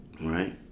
Right